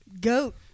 GOAT